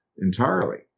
entirely